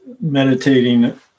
meditating